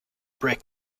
brick